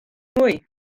mwy